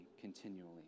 continually